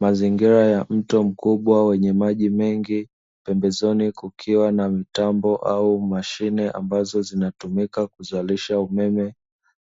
Mazingira ya mto mkubwa wenye maji mengi, pembezoni kukiwa na mtambo au mashine ambazo zinazotumika kuzalisha umeme,